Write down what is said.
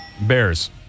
Bears